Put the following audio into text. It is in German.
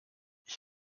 ich